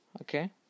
Okay